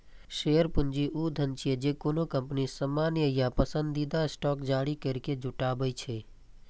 share पूंजी ऊ धन छियै, जे कोनो कंपनी सामान्य या पसंदीदा स्टॉक जारी करैके जुटबै छै